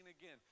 again